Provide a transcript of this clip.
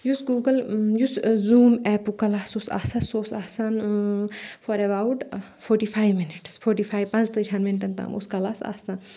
یُس گوٗگَل یُس زوٗم ایپُک کلاس اوس آسان سُہ اوس آسان for about forty five minutes forty five پَنٛژتٲجِہن مِنٹَن تام اوس کلاس آسان